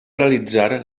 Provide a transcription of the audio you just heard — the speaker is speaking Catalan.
realitzar